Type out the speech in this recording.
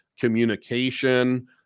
communication